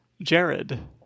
jared